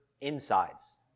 insides